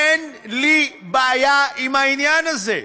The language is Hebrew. אן לי בעיה עם העניין הזה.